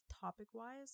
topic-wise